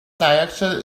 dioxide